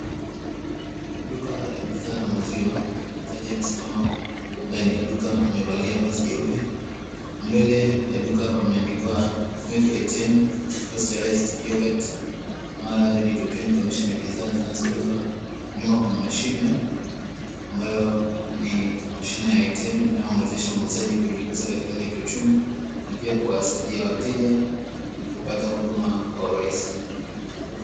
Duka la bidhaa la maziwa muuzaji amesimama ndani ya duka amevalia vazi jeupe, mbele ya duka pameandikwa"MILK ATM PURCHASED YOGHURT MALA READY TO DRINK " ikionesha ni bidhaa zinqzouzwa nyima kuna mashine ambayo ni mashine ya ATM inyomwezesha muuzaji kujikuza katika hali ya kiuchumi na pia kuwasaidia wateja kupata huduma kwa urahisi.